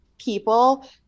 people